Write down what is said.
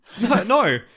no